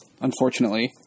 unfortunately